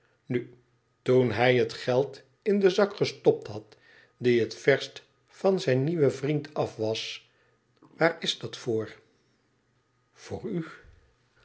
nu toen hij het geld in den zak gestopt had die het verst van zijn nieuwen vriend afwas waar is dat voor voor u